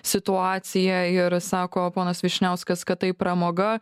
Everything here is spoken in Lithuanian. situaciją ir sako ponas vyšniauskas kad tai pramoga